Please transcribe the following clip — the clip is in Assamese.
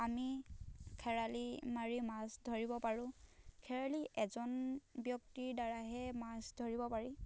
আমি খেৰালি মাৰি মাছ ধৰিব পাৰোঁ খেৰালি এজন ব্যক্তিৰ দ্ৱাৰাইহে মাছ ধৰিব পাৰি